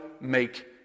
make